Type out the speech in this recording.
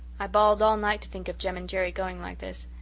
i bawled all night to think of jem and jerry going like this.